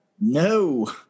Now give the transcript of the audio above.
No